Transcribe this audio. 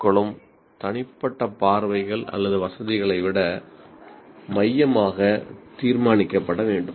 க்களும் தனிப்பட்ட பார்வைகள் அல்லது வசதிகளை விட மையமாக தீர்மானிக்கப்பட வேண்டும்